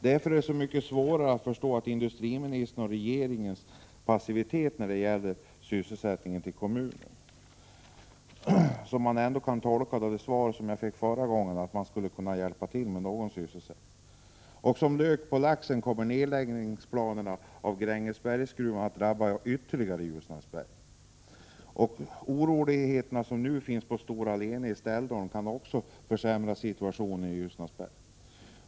Därför är det så mycket svårare att förstå industriministerns och regeringens passivitet när det gäller att få sysselsättning till kommunen. Det svar jag fick förra gången kunde ändå tolkas som att regeringen skulle kunna hjälpa till med någon sysselsättning. Som lök på laxen kommer planerna på en nedläggning av Grängesbergsgruvan att ytterligare drabba Ljusnarsberg. De oroligheter som nu förekommer på Storalene i Ställdalen kan också försämra situationen i Ljusnarsberg.